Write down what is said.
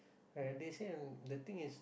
ah they say the thing is